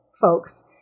folks